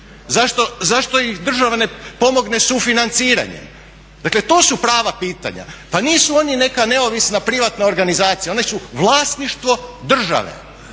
zašto ih država ne pomogne sufinanciranjem? Dakle to su prava pitanja. Pa nisu oni neka neovisna privatna organizacija, oni su vlasništvo države,